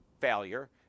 failure